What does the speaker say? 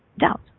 doubt